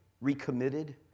recommitted